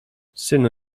synu